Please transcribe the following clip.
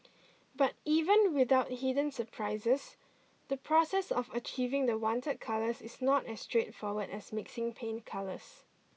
but even without hidden surprises the process of achieving the wanted colours is not as straightforward as mixing paint colours